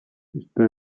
está